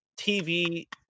tv